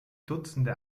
dutzende